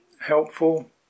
helpful